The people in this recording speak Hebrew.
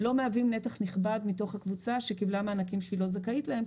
לא מהווים נתח נכבד מתוך הקבוצה שקיבלה מענקים שהיא לא זכאית להם,